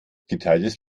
geteiltes